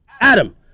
Adam